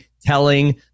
telling